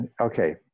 Okay